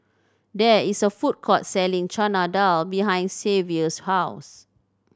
there is a food court selling Chana Dal behind Xavier's house